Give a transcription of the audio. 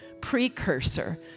precursor